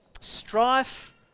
Strife